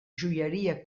joieria